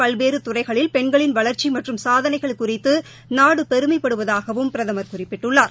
பல்வேறுதுறைகளில் பெண்களின் வளர்ச்சிமற்றும் நாட்டின் சாதனைகள் குறித்துநாடுபெருமைபடுவதாகவும் பிரதமர் குறிப்பிட்டுள்ளார்